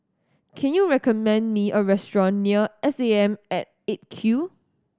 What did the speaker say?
can you recommend me a restaurant near S A M at Eight Q